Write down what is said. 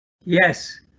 Yes